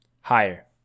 Higher